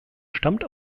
stammt